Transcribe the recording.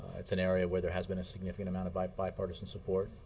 it's an area where there has been a significant amount of bipartisan support,